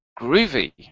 Groovy